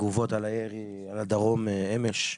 תגובות על הירי על הדרום אמש.